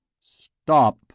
Stop